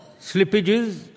slippages